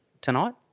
tonight